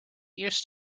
used